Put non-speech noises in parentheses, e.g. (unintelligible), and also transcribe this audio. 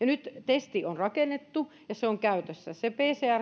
(unintelligible) nyt testi on rakennettu ja se on käytössä se pcr